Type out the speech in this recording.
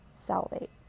salivate